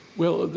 well,